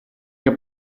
che